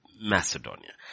Macedonia